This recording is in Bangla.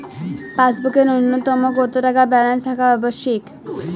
পাসবুকে ন্যুনতম কত টাকা ব্যালেন্স থাকা আবশ্যিক?